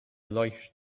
light